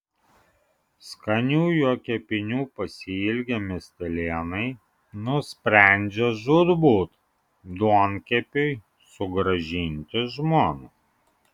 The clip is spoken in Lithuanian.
skanių jo kepinių pasiilgę miestelėnai nusprendžia žūtbūt duonkepiui sugrąžinti žmoną